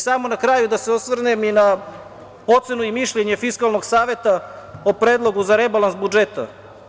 Samo na kraju da se osvrnem i na ocenu i mišljenje Fiskalnog saveta o predlogu za rebalans budžeta.